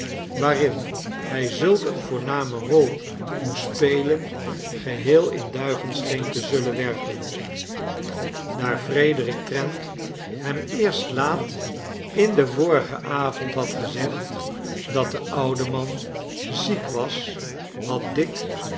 waarin hij zulk eene voorname rol moest spelen geheel in duigen scheen te zullen werpen daar frederik trent hem eefst laat in den vorigen avond had gezegd datde oude man ziek was had dick